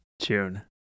June